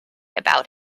about